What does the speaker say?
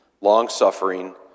long-suffering